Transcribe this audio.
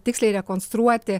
tiksliai rekonstruoti